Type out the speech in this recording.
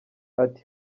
ati